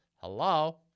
Hello